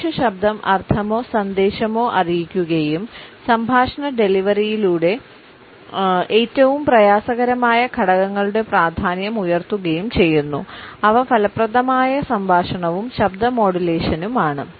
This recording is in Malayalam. മനുഷ്യ ശബ്ദം അർത്ഥമോ സന്ദേശമോ അറിയിക്കുകയും സംഭാഷണ ഡെലിവറിയുടെ ഏറ്റവും പ്രയാസകരമായ ഘടകങ്ങളുടെ പ്രാധാന്യം ഉയർത്തുകയും ചെയ്യുന്നു അവ ഫലപ്രദമായ സംഭാഷണവും ശബ്ദ മോഡുലേഷനും ആണ്